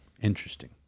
Interesting